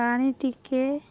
ପାଣି ଟିକେ